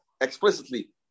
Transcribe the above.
explicitly